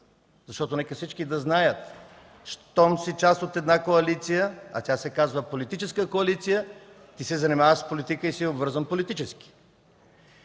защото нека всички да знаят, щом си част от една коалиция, тя се казва политическа коалиция, ти се занимаваш с политика и си обвързан политически.